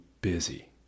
busy